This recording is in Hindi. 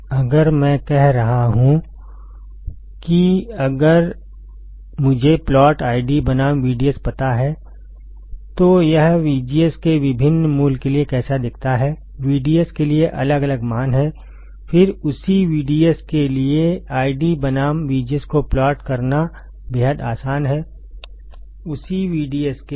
अगर मैं कह रहा हूं कि अगर मुझे प्लॉट आईडी बनाम VDS पता है तो यह VGS के विभिन्न मूल्य के लिए कैसा दिखता है VDS के लिए अलग अलग मान हैं फिर उसी VDS के लिए ID बनाम VGS को प्लॉट करना बेहद आसान है उसी VDS के लिए